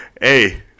Hey